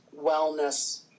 wellness